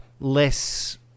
Less